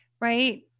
right